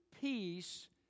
peace